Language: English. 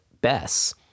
Bess